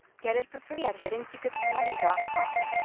get it for free at hiddensecretsofmoney dot com